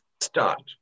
start